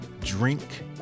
drink